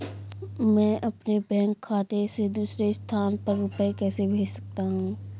मैं अपने बैंक खाते से दूसरे स्थान पर रुपए कैसे भेज सकता हूँ?